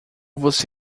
você